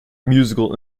musical